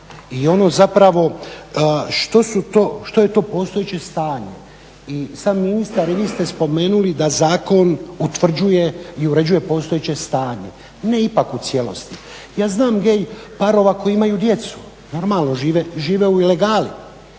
i ono što je to postojeće stanje. I sam ministar i vi ste spomenuli da zakon utvrđuje i uređuje postojeće stanje, ne ipak u cijelosti. Ja znam gay parova koji imaju djecu, normalno žive u ilegali.